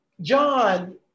John